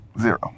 Zero